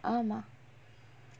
ஆமா:aamaa